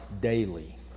daily